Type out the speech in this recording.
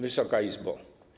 Wysoka Izbo!